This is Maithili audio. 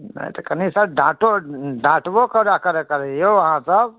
नहि तऽ कनी सर डाँटो डाँटबो कड़ा करिऔ अहाँसब